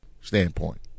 standpoint